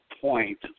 point